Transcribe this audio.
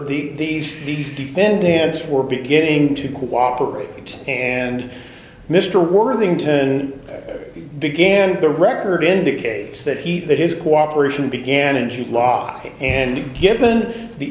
are these these defendants were beginning to cooperate and mr worthington began the record indicates that he that his cooperation began in g law and given the